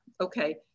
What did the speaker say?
okay